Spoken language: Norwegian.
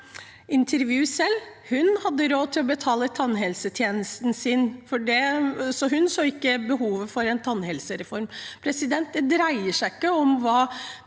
intervju at hun hadde råd til å betale for tannhelsetjenestene sine, så hun så ikke behovet for en tannhelsereform. Det dreier seg ikke om hva